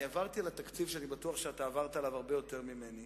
אני עברתי על התקציב שאני בטוח שעברת עליו הרבה יותר ממני,